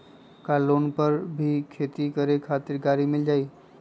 का लोन पर कोई भी खेती करें खातिर गरी मिल जाइ?